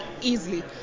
easily